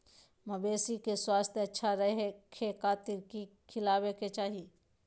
मवेसी के स्वास्थ्य अच्छा रखे खातिर की खिलावे के चाही?